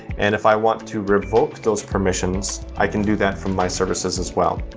and if i want to revoke those permissions, i can do that from my services as well.